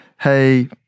hey